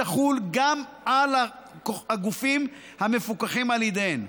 תחול גם על הגופים המפוקחים על ידיהן,